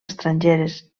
estrangeres